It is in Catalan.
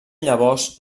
llavors